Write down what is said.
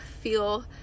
feel